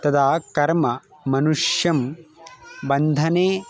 तदा कर्म मनुष्यं बन्धने